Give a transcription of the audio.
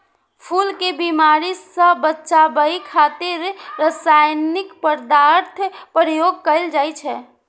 फूल कें बीमारी सं बचाबै खातिर रासायनिक पदार्थक प्रयोग कैल जाइ छै